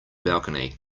balcony